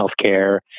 healthcare